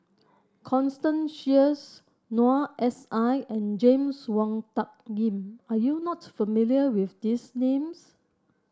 Constance Sheares Noor S I and James Wong Tuck Yim are you not familiar with these names